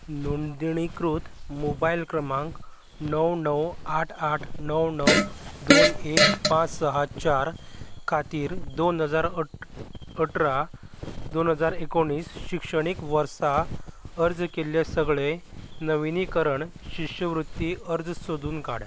नोंदणीकृत मोबायल क्रमांक णव णव आठ आठ णव णव दोन एक पांच स चार खातीर दोन हजार अठरा दोन हजार एकुणीस शिक्षणीक वर्सा अर्ज केल्ले सगळे नविनीकरण शिश्यवृत्ती अर्ज सोदून काड